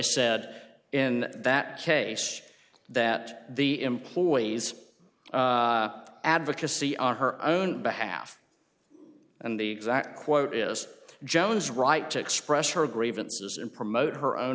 said in that case that the employee's advocacy on her own behalf and the exact quote is joan's right to express her grievances and promote her own